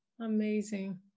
Amazing